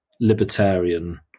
libertarian